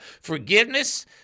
forgiveness